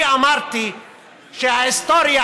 אני אמרתי שהיסטוריה,